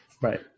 Right